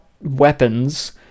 weapons